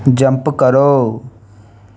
jump करो